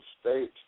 state